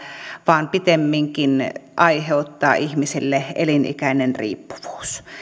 vaan pikemminkin aiheuttaa ihmisille elinikäinen riippuvuus